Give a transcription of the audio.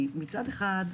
כי מצד אחד,